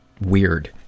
weird